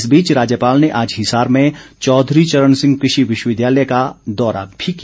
इस बीच राज्यपाल ने आज हिसार में चौधरी चरण सिंह कृषि विश्वविद्यालय का दौरा भी किया